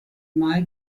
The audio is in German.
mai